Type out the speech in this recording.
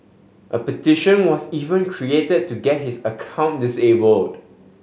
a petition was even created to get his account disabled